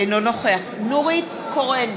אינו נוכח נורית קורן,